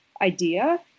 idea